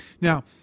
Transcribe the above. Now